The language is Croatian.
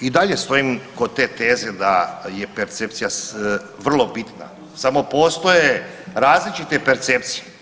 I dalje stojim kod te teze da je percepcija vrlo bitna, samo postoje različite percepcije.